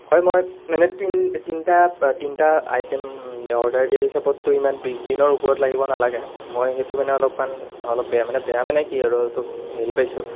হয় মানে তিন তিনিটা তিনিটা আইটেম অৰ্ডাৰ দিয়া হিচাপততো ইমান বিছদিনৰ ওপৰত লাগিব নালাগে মই সেইটো মানে অলপমান অলপ বেয়া মানে বেয়া মানে কি আৰু এইটো হেৰি পাইছোঁ